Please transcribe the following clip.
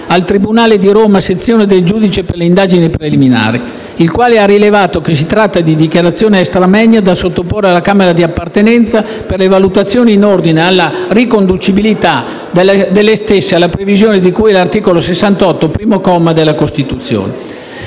al tribunale di Roma, sezione del giudice per le indagini preliminari, il quale ha rilevato che si tratta di dichiarazioni *extra moenia* da sottoporre alla Camera di appartenenza per le valutazioni in ordine alla riconducibilità delle stesse alla previsione di cui all'articolo 68, comma 1, della Costituzione.